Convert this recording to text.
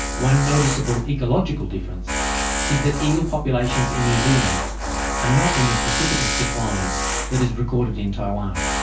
one noticeable ecological difference is that eel populations in new zealand are not in the precipitous decline that is recorded in taiwan.